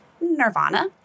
Nirvana